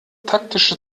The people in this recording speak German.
taktische